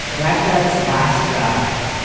baghdad's last rabbi,